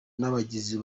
n’abagizi